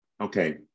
Okay